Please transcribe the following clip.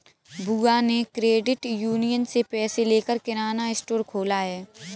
बुआ ने credit union से पैसे लेकर किराना स्टोर खोला है